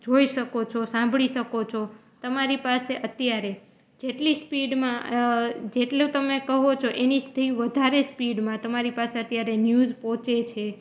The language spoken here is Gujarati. જોઈ શકો છો સાંભળી શકો છો તમારી પાસે અત્યારે જેટલી સ્પીડમાં જેટલો તમે કહો છો એનાથી વધારે સ્પીડમાં તમારી પાસે અત્યારે ન્યૂઝ પહોંચે છે